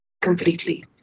completely